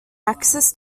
access